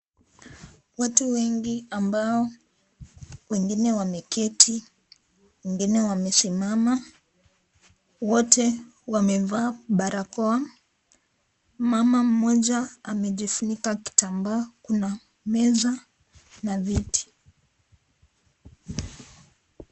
Watu wengi ambao wengine wameketi, wengine wamesimama, wote wamevaa barakoa, mama mmoja amejifunika kitamba kuna meza na viti.